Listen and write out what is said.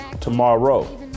tomorrow